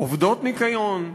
עובדי ניקיון,